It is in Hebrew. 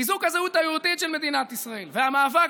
חיזוק הזהות היהודית של מדינת ישראל והמאבק